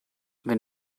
wenn